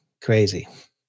crazy